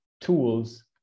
tools